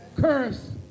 curse